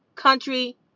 Country